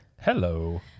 Hello